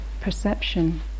perception